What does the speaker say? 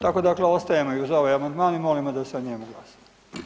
Tako dakle ostajemo i uz ovaj amandman i molimo da se o njemu glasa.